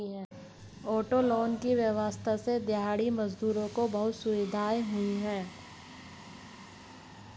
auto loan की व्यवस्था से दिहाड़ी मजदूरों को बहुत सुविधा हुई है